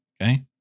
Okay